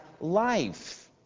life